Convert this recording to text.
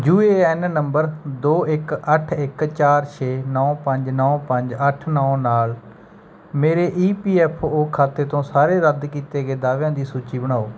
you A N number ਦੋ ਇੱਕ ਅੱਠ ਇੱਕ ਚਾਰ ਛੇ ਨੌ ਪੰਜ ਨੌ ਪੰਜ ਅੱਠ ਨੌ ਨਾਲ ਮੇਰੇ ਈ ਪੀ ਐੱਫ ਔ ਖਾਤੇ ਤੋਂ ਸਾਰੇ ਰੱਦ ਕੀਤੇ ਗਏ ਦਾਅਵਿਆਂ ਦੀ ਸੂਚੀ ਬਣਾਓ